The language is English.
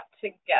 together